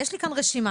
יש לי כאן רשימה,